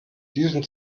diesem